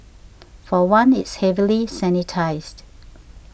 for one it's heavily sanitised